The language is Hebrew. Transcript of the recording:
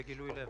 הזאת.